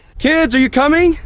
kids are you coming?